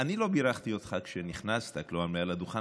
אני לא בירכתי אותך כשעלית על הדוכן,